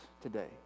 today